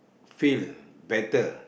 feel better